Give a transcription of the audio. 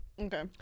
Okay